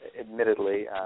admittedly